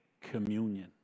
communion